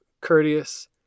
courteous